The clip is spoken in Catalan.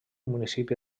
municipi